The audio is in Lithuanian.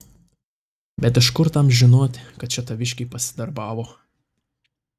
bet iš kur tam žinoti kad čia taviškiai pasidarbavo